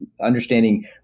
understanding